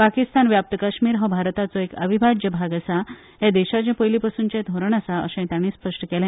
पाकिस्तान व्याप्त काश्मीर हो भारताचो एक अविभाज्य भाग आसा हे देशाचे पयलीपासूनचे धोरण आसा अशेंय ताणी स्पष्ट केले